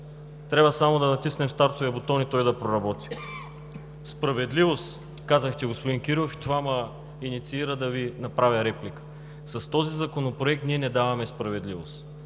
трябва само да натиснем стартовия бутон и той да проработи. Господин Кирилов, казахте: справедливост, и това ме инициира да Ви направя реплика. С този законопроект ние не даваме справедливост.